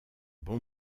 bon